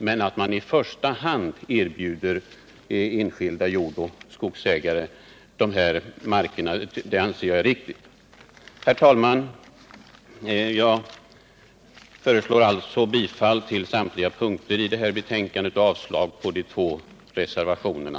Men att man i första hand erbjuder enskilda jordoch skogsägare dessa marker anser jag vara riktigt. Herr talman! Jag föreslår alltså bifall till samtliga punkter i betänkandet och avslag på de två reservationerna.